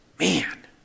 man